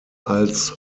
als